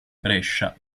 brescia